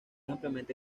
ampliamente